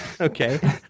okay